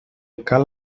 cal